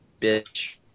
Bitch